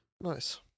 nice